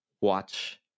watch